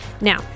Now